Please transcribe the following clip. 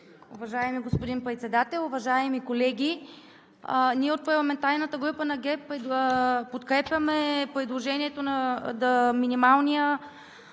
Уважаеми господин Председател, уважаеми колеги! Ние от парламентарната група на ГЕРБ подкрепяме предложението минималният